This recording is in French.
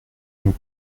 nous